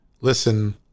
listen